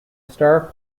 star